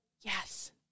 yes